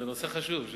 זה נושא חשוב,